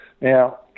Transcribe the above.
Now